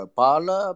pala